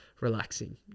relaxing